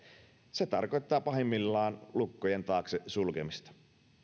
se tarkoittaa pahimmillaan lukkojen taakse sulkemista